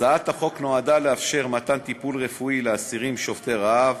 הצעת החוק נועדה לאפשר מתן טיפול רפואי לאסירים שובתי רעב